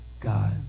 God